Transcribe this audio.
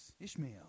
Ishmael